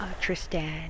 Tristan